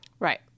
Right